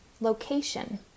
location